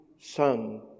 Son